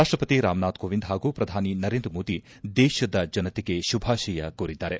ರಾಷ್ಷವತಿ ರಾಮನಾಥ್ ಕೋವಿಂದ್ ಹಾಗೂ ಪ್ರಧಾನಿ ನರೇಂದ್ರಮೋದಿ ದೇಶದ ಜನತೆಗೆ ಶುಭಾಶಯ ಕೋರಿದ್ದಾರೆ